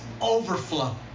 overflow